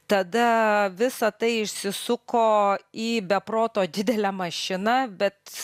tada visa tai išsisuko į be proto didelę mašiną bet